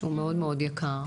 שהוא מאוד מאוד יקר.